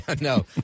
no